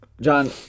John